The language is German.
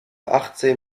achtzehn